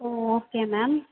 okay ma'am